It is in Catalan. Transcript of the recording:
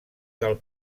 del